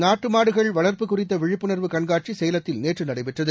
நாட்டுமாடுகள் வளா்ப்பு குறித்தவிழிப்புணா்வு கண்காட்சிசேலத்தில் நேற்றுநடைபெற்றது